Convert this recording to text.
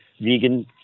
vegan